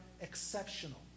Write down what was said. exceptional